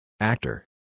Actor